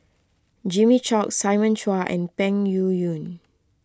Jimmy Chok Simon Chua and Peng Yuyun